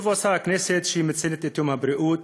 טוב עושה הכנסת שהיא מציינת את יום הבריאות,